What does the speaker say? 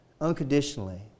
Unconditionally